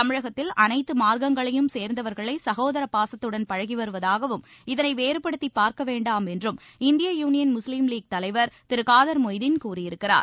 தமிழகத்தில் அனைத்து மார்க்கங்களையும் சேர்ந்தவர்களை சகோதர பாசத்துடன் பழகி வருவதாகவும் இதனை வேறுபடுத்தி பார்க்க வேண்டாம் என்றும் இந்திய யூனியன் முஸ்லீக் லீக் தலைவா் திரு காதர் மொய்தீன் கூறியிருக்கிறார்